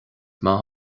maith